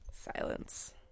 silence